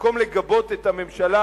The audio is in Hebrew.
במקום לגבות את הממשלה,